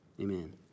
Amen